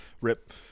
rip